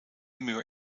muur